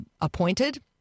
appointed